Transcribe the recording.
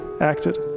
acted